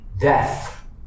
death